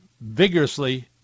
vigorously